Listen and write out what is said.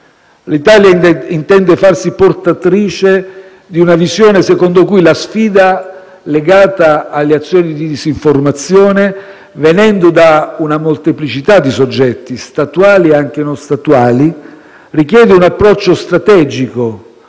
L'Italia intende farsi portatrice di una visione secondo cui la sfida legata alle azioni di disinformazione, venendo da una molteplicità di soggetti, statuali e non, richiede un approccio strategico,